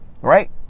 right